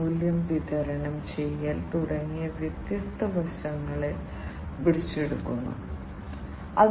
കൂടാതെ ചില വ്യവസായ നിർദ്ദിഷ്ട ആവശ്യകതകൾ അവിടെയുണ്ട് അവ നിറവേറ്റേണ്ടതുണ്ട്